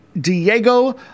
Diego